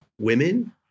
women